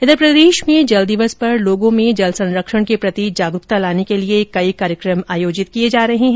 इंधर प्रदेश में जल दिवस पर लोगों में जल संरक्षण के प्रति जागरूकता लाने के लिए आज कई कार्यक्रम आयोजित किए जा रहे हैं